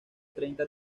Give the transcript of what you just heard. treinta